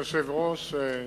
אדוני היושב-ראש,